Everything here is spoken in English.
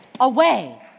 away